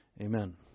Amen